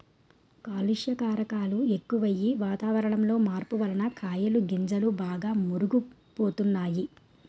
కాలుష్య కారకాలు ఎక్కువయ్యి, వాతావరణంలో మార్పు వలన కాయలు గింజలు బాగా మురుగు పోతున్నాయి